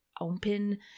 open